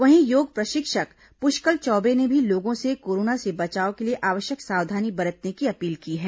वहीं योग प्रशिक्षक पुष्कल चौबे ने भी लोगों से कोरोना से बचाव के लिए आवश्यक सावधानी बरतने की अपील की है